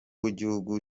w’igihugu